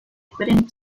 quitting